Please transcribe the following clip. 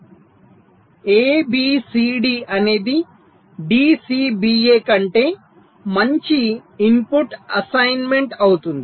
a b c d అనేది d c b a కంటే మంచి ఇన్పుట్ అసైన్మెంట్ అవుతుంది